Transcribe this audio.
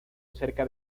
cerca